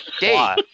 date